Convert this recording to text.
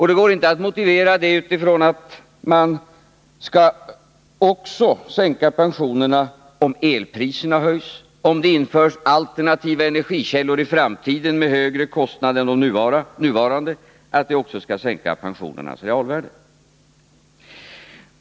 Det går inte att motivera detta genom att säga att man sänker pensionernas realvärde även då elpriserna höjs eller om det i framtiden införs alternativa energikällor som förorsakar högre kostnader än nu.